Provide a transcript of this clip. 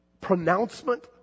pronouncement